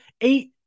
eight